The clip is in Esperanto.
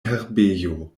herbejo